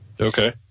Okay